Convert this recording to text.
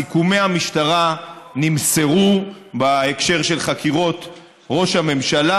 סיכומי המשטרה נמסרו בהקשר של חקירות ראש הממשלה,